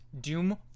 Doom